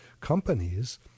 companies